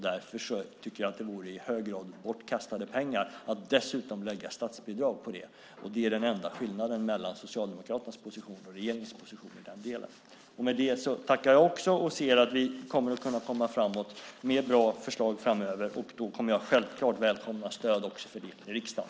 Därför tycker jag att det vore i hög grad bortkastade pengar att dessutom lägga statsbidrag på det. Det är den enda skillnaden mellan Socialdemokraternas position och regeringens position i den delen. Med det tackar jag också. Jag ser att vi kommer att kunna komma framåt med bra förslag framöver, och då kommer jag självklart att välkomna stöd också till det i riksdagen.